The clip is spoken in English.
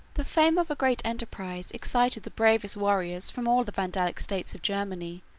the fame of a great enterprise excited the bravest warriors from all the vandalic states of germany,